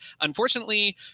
unfortunately